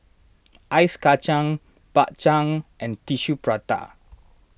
Ice Kacang Bak Chang and Tissue Prata